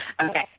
Okay